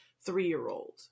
three-year-old